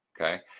Okay